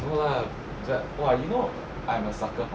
no lah but !wah! you know I'm a sucker for